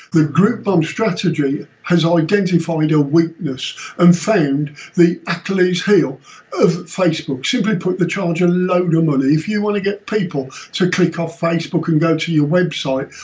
the group bomb strategy has ah identified a weakness and found the achilles heel of facebook. simply put they charge a load of money if you want to get people to click off facebook and go to your website,